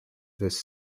this